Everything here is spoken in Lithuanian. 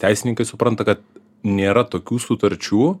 teisininkai supranta kad nėra tokių sutarčių